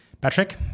Patrick